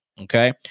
Okay